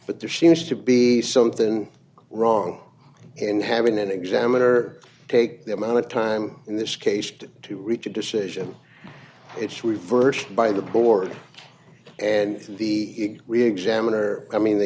but there seems to be something wrong and having an examiner take the amount of time in this case to reach a decision it's reversed by the board and the we examiner i mean the